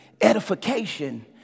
edification